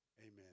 Amen